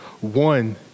one